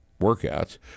workouts